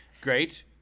Great